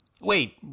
Wait